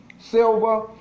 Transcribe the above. silver